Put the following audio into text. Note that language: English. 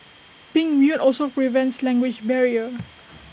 being mute also prevents language barrier